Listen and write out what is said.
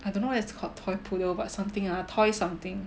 I don't know what is it called toy poodle but something ah toy something